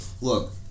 Look